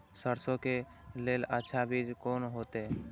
सरसों के लेल अच्छा बीज कोन होते?